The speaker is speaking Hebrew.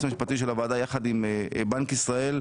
המשפטי של הוועדה יחד עם בנק ישראל,